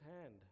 hand